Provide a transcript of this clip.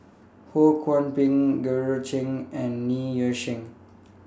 Ho Kwon Ping Georgette Chen and Ng Yi Sheng